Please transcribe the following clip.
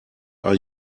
are